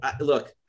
look